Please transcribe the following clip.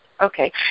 Okay